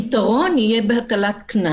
הפתרון יהיה בהטלת קנס ולא במניעת כניסה.